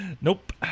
Nope